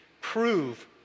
prove